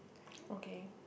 okay